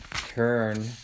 turn